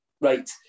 Right